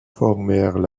formèrent